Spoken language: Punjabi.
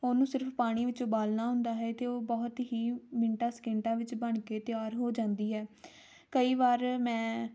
ਉਹਨੂੰ ਸਿਰਫ ਪਾਣੀ ਵਿੱਚ ਉਬਾਲਣਾ ਹੁੰਦਾ ਹੈ ਅਤੇ ਉਹ ਬਹੁਤ ਹੀ ਮਿੰਟਾਂ ਸਕਿੰਟਾਂ ਵਿੱਚ ਬਣ ਕੇ ਤਿਆਰ ਹੋ ਜਾਂਦੀ ਹੈ ਕਈ ਵਾਰ ਮੈਂ